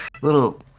little